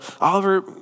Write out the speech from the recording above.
Oliver